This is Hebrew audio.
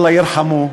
אללה ירחמו.